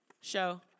show